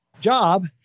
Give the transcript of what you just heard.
job